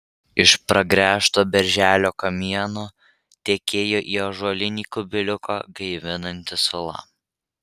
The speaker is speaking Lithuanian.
iš pragręžto berželio kamieno tekėjo į ąžuolinį kubiliuką gaivinanti sula